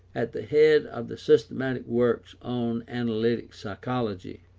at the head of the systematic works on analytic psychology.